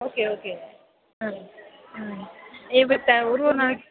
okay okay ஆ ம் every ட ஒரு ஒரு நாளைக்கு